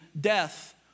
death